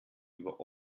über